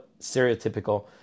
stereotypical